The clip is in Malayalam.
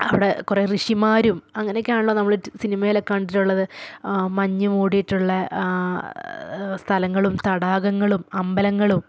അവിടെ കുറെ ഋഷിമാരും അങ്ങനേക്കാണല്ലോ നമ്മൾ സിനിമേലൊക്കെ കണ്ടിട്ടുള്ളത് മഞ്ഞ് മൂടീട്ടുള്ള ആ സ്ഥലങ്ങളും തടാകങ്ങളും അമ്പലങ്ങളും